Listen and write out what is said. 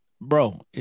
bro